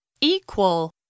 Equal